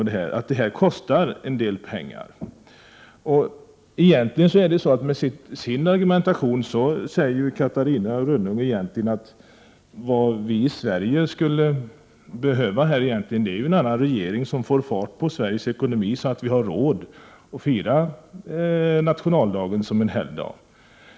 Med sin argumentation säger Catarina Rönnung egentligen att vi i Sverige skulle behöva en annan regering som skulle få fart på Sveriges ekonomi, så att vi skulle har råd att fira nationaldagen som helgdag.